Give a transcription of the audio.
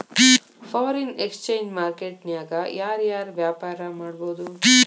Foreign exchange market ನ್ಯಾಗ ಯಾರ್ ಯಾರ್ ವ್ಯಾಪಾರಾ ಮಾಡ್ಬೊದು?